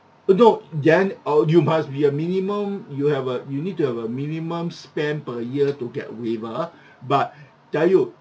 uh no then uh you must be a minimum you have a you need to have a minimum spend per year to get waiver but tell you